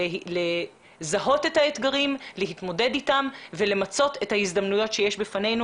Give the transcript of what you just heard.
לזהות את האתגרים להתמודד אתם ולמצות את ההזדמנויות שיש בפנינו.